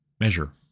measure